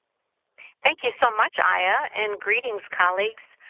thank you so much, aya, and greetings colleagues.